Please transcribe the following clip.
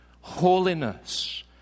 holiness